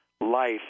life